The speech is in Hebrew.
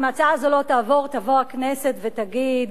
אם ההצעה הזאת לא תעבור, תבוא הכנסת ותגיד: